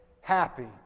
Happy